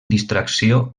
distracció